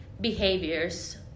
behaviors